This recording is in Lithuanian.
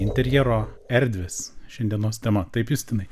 interjero erdvės šiandienos tema taip justinai